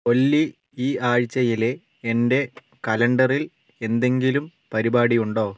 ഒല്ലി ഈ ആഴ്ചയിലെ എന്റെ കലണ്ടറിൽ എന്തെങ്കിലും പരിപാടിയുണ്ടോ